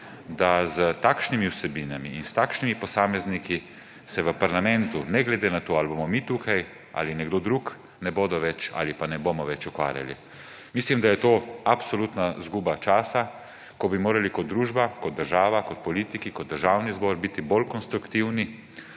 da s takšnimi vsebinami in s takšnimi posamezniki se v parlamentu, ne glede na to, ali bomo mi tukaj ali nekdo drug, ne bodo več ali pa ne bomo več ukvarjali. Mislim, da je to absolutno izguba časa, ko bi morali kot družba, kot država, kot politiki, kot Državni zbor biti bolj konstruktivni,